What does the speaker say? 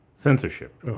Censorship